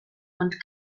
und